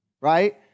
right